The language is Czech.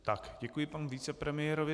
Tak, děkuji panu vicepremiérovi.